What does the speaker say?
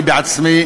אני עצמי